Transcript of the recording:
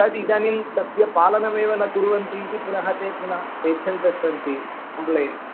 तद् इदानीं तस्य पालनमेव न कुर्वन्ति इति पुनः ते पुनः ते यच्छन्तस्सन्ति कम्प्लेण्ट्